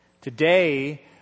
Today